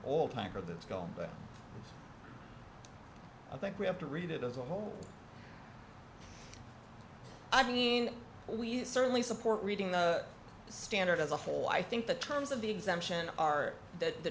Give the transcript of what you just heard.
for this goal but i think we have to read it as a whole i mean we certainly support reading the standard as a whole i think the terms of the exemption are th